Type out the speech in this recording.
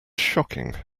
shocking